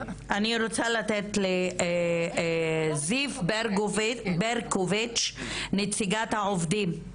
אני רוצה לתת לזיו ברקוביץ, נציגת העובדים,